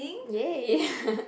!yay!